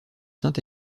saint